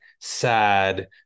sad